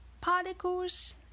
Particles